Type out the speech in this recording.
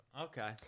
Okay